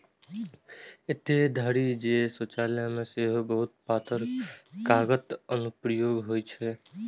एतय धरि जे शौचालय मे सेहो बहुत पातर कागतक अनुप्रयोग होइ छै